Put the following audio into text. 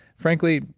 frankly,